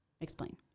Explain